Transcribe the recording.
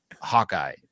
Hawkeye